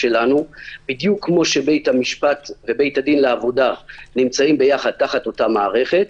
בדיוק כמו שבית המשפט ובית-הדין לעבודה נמצאים יחד תחת אותה מערכת,